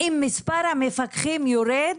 אם מספר המפקחים יורד